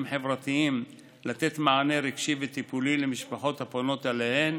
חברתיים לתת מענה רגשי וטיפולי למשפחות הפונות אליהן,